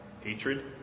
hatred